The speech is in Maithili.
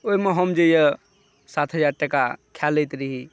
ओहिमे हम जे अइ सात हजार टाका खा लैत रही